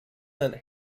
sent